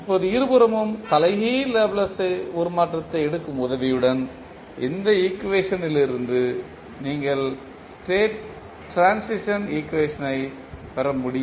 இப்போது இருபுறமும் தலைகீழ் லேப்ளேஸ் உருமாற்றத்தை எடுக்கும் உதவியுடன் இந்த ஈக்குவேஷன்ட்லிருந்து நீங்கள் ஸ்டேட் ட்ரான்சிஷன் ஈக்குவேஷனை பெறமுடியும்